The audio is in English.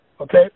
Okay